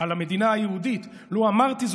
"לו אמרתי" על המדינה היהודית,